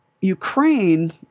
Ukraine –